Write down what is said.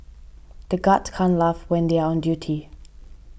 the guards can't laugh when they are on duty